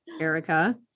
Erica